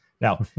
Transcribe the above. Now